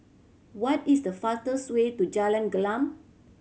what is the fastest way to Jalan Gelam